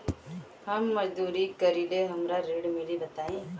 हम मजदूरी करीले हमरा ऋण मिली बताई?